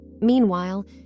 Meanwhile